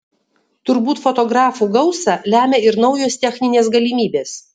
turbūt fotografų gausą lemia ir naujos techninės galimybės